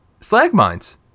Slagmines